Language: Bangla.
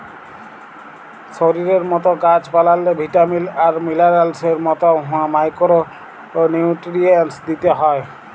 শরীরের মত গাহাচ পালাল্লে ভিটামিল আর মিলারেলস এর মত মাইকোরো নিউটিরিএন্টস দিতে হ্যয়